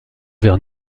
vers